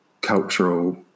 cultural